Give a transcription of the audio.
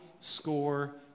score